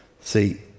See